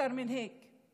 מספיק, אין אפשרות ליותר מכך.